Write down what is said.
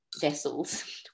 vessels